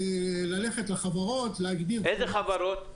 ללכת לחברות -- איזה חברות?